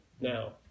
now